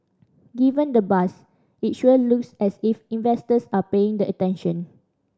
given the buzz it sure looks as if investors are paying attention